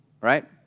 right